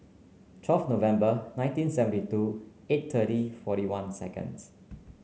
twelve November nineteen seventy two eight thirty forty one seconds